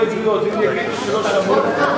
ההצעה שלא לכלול את הנושא בסדר-היום של הכנסת נתקבלה.